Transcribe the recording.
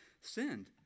sinned